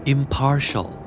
Impartial